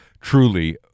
Truly